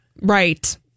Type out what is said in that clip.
Right